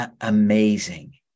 amazing